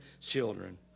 children